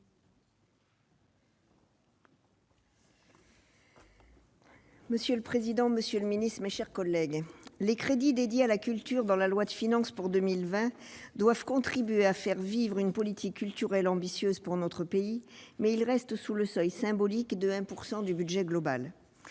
Monsieur le président, monsieur le ministre, mes chers collègues, les crédits dédiés à la culture dans le PLF pour 2020 doivent contribuer à faire vivre une politique culturelle ambitieuse pour notre pays, mais ils restent sous le seuil symbolique de 1 % du budget global.